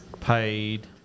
paid